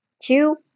Two